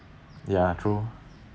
ya true